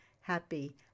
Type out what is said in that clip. happy